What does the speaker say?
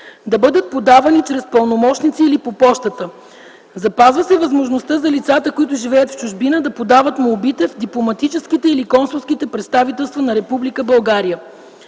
да бъдат подавани чрез пълномощници или по пощата. Запазва се възможността за лицата, които живеят в чужбина, да подават молбите в дипломатическите или консулските представителства на